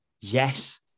Yes